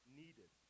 needed